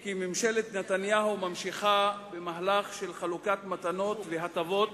כי ממשלת נתניהו ממשיכה במהלך של חלוקת מתנות והטבות